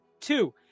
two